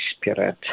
Spirit